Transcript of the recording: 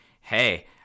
hey